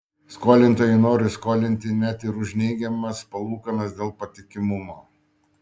skolintojai nori skolinti net ir už neigiamas palūkanas dėl patikimumo